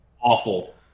awful